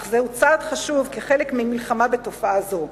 אך זהו צעד חשוב כחלק מהמלחמה בתופעה זו.